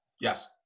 Yes